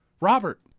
Robert